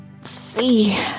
see